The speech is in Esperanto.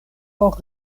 por